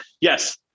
Yes